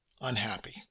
unhappy